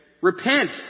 Repent